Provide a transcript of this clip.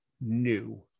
new